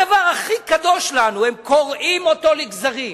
הדבר הכי קדוש לנו, הם קורעים אותו לגזרים.